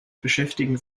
beschäftigen